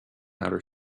outer